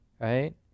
right